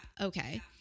Okay